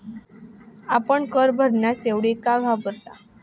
आपण कर भरण्यास एवढे का घाबरता?